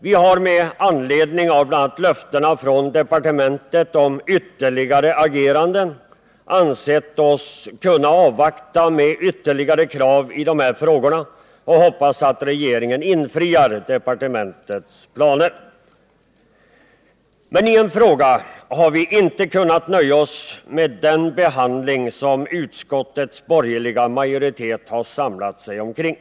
Vi har med anledning av bl.a. löften från departementet om ytterligare ageranden ansett oss kunna avvakta med ytterligare krav i dessa frågor, och vi hoppas att regeringen infriar departementets löften. Men i en fråga har vi inte kunnat nöja oss med den behandling som utskottets borgerliga majoritet har samlat sig kring.